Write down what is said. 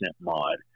mod